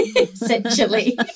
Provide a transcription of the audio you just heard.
essentially